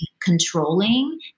controlling